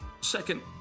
Second